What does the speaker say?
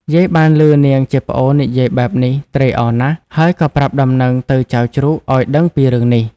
យាយបានឮនាងជាប្អូននិយាយបែបនេះត្រេកអរណាស់ ហើយក៏ប្រាប់ដំណឹងទៅចៅជ្រូកឲ្យដឹងពីរឿងនេះ